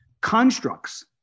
constructs